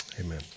amen